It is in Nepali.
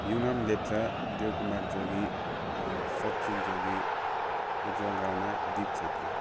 युनाम लेप्चा देव कुमार जोगी सचिन जोगी उज्जवल राना दीप छेत्री